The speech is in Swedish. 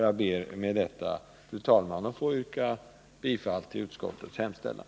Jag ber med detta, fru talman, att få yrka bifall till utskottets hemställan.